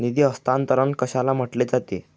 निधी हस्तांतरण कशाला म्हटले जाते?